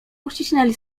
uścisnęli